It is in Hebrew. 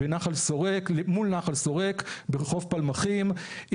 מול נחל שורק בחוף פלמחים.